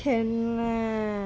also can lah